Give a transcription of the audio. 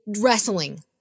wrestling